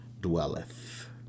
dwelleth